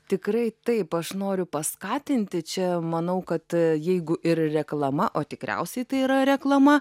tikrai taip aš noriu paskatinti čia manau kad jeigu ir reklama o tikriausiai tai yra reklama